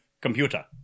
computer